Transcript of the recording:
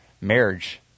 marriage